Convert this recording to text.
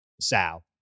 Sal